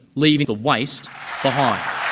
leaving the waste behind.